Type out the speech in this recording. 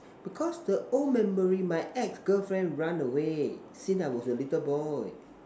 because the old memory my ex girlfriend run away since I was a little boy